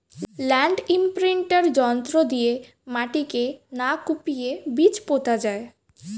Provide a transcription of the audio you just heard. land imprinter যন্ত্র দিয়ে মাটিকে না কুপিয়ে বীজ পোতা যায়